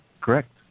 correct